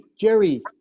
Jerry